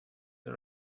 the